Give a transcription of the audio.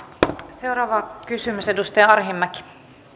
seuraava kysymys edustaja arhinmäki